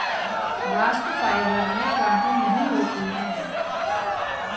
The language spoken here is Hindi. बास्ट फाइबर में गांठे नहीं होती है